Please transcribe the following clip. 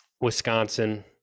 Wisconsin